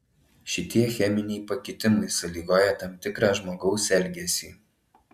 šie cheminiai pakitimai sąlygoja tam tikrą žmogaus elgesį